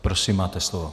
Prosím, máte slovo.